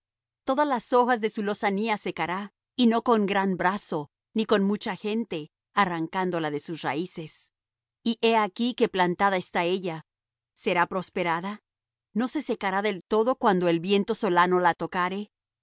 todas las hojas de su lozanía secará y no con gran brazo ni con mucha gente arrancándola de sus raíces y he aquí que plantada está ella será prosperada no se secará del todo cuando el viento solano la tocare